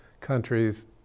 countries